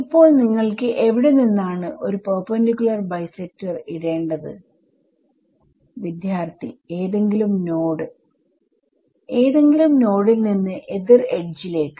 ഇപ്പോൾ നിങ്ങൾക്ക് എവിടെ നിന്നാണ് ഒരു പെർപെന്റിക്കുലർ ബൈസെക്ടർഇടേണ്ടത് വിദ്യാർത്ഥി ഏതെങ്കിലും നോഡ് ഏതെങ്കിലും നോഡിൽ നിന്ന് എതിർ എഡ്ജിലേക്ക്